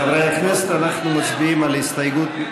חברי הכנסת, אנחנו מצביעים על הסתייגות,